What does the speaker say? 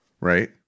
Right